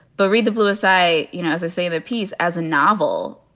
but read the bluest eye. you know, as i say, that piece as a novel,